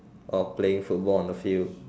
while playing football on the field